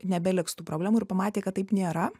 nebeliks tų problemų ir pamatė kad taip nėra